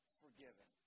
forgiven